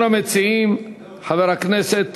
ראשון המציעים, חבר הכנסת